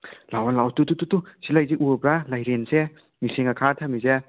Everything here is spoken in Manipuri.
ꯂꯥꯛꯑꯣ ꯂꯥꯛꯑꯣ ꯇꯨ ꯇꯨ ꯇꯨ ꯇꯨ ꯁꯤ ꯂꯩꯁꯦ ꯎꯔꯕꯔ ꯂꯥꯏꯔꯦꯟꯁꯦ ꯃꯤꯡꯁꯦꯟꯒ ꯈꯥꯔꯒ ꯊꯝꯃꯤꯁꯦ